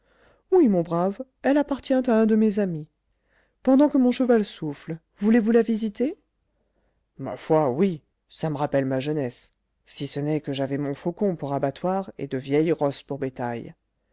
oui mon brave elle appartient à un de mes amis pendant que mon cheval souffle voulez-vous la visiter ma foi oui ça me rappelle ma jeunesse si ce n'est que j'avais montfaucon pour abattoir et de vieilles rosses pour bétail